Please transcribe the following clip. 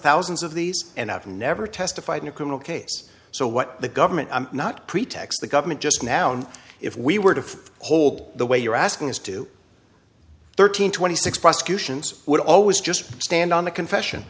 thousands of these and i've never testified in a criminal case so what the government i'm not pretext the government just noun if we were to hold the way you're asking us to thirteen twenty six prosecutions would always just stand on the confession